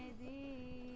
the